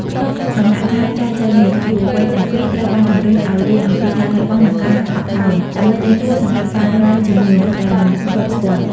ក្នុងដំណាក់កាលចែចូវនេះ យុវវ័យទាំងពីរត្រូវបានជំរុញឱ្យរៀនអំពី "ការលះបង់ និងការអត់ឱន" ដើម្បីត្រៀមខ្លួនសម្រាប់ការរស់នៅជាមួយមនុស្សដែលមិនធ្លាប់ស្គាល់។